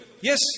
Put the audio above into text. Yes